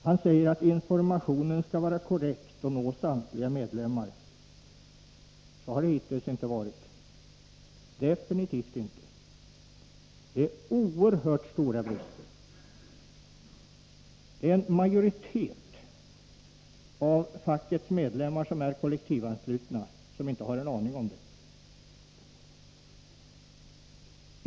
Han säger att informationen skall vara korrekt och nå samtliga medlemmar. Så har hittills inte varit fallet, absolut inte. Det föreligger oerhört stora brister på denna punkt. En majoritet av fackets kollektivanslutna medlemmar har inte en aning om detta.